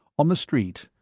on the street,